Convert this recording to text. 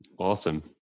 Awesome